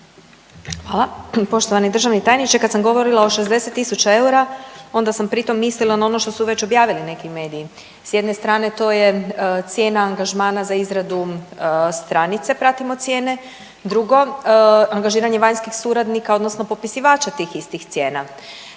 Hvala. Poštovani državni tajniče, kad sam govorila od 60 tisuća eura, onda sam pritom mislila na ono što su već objavili neki mediji. S jedne strane, to je cijena angažmana za izradu stranice pratimo cijene, drugo, angažiranje vanjskih suradnika odnosno popisivača tih istih cijena